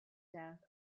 death